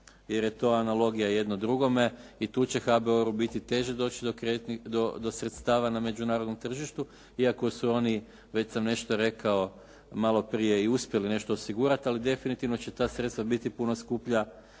jer je to analogija jedno drugome i tu će HBOR-u biti teže doći do sredstava na međunarodnom tržištu iako su oni već sam nešto rekao malo prije i uspjeli nešto osigurati ali definitivno će ta sredstva biti puno skuplja